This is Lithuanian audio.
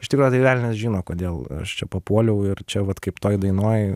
iš tikro tai velnias žino kodėl aš čia papuoliau ir čia vat kaip toj dainoj